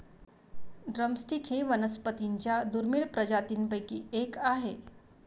drum stick ही वनस्पतीं च्या दुर्मिळ प्रजातींपैकी एक आहे